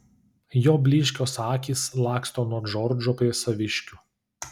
jo blyškios akys laksto nuo džordžo prie saviškių